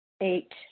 Eight